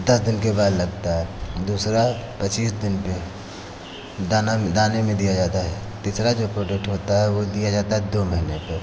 दस दिन के बाद लगता है दूसरा पच्चीस दिन पे दाना में दाने में दिया जाता है तीसरा जो प्रोडक्ट होता है वो दिया जाता है दो महीने पे